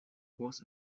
was